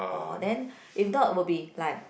or then if not will be like